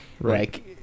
Right